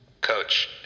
Coach